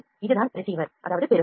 இது தான் ரிசீவர் பெறுதல்